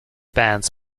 bands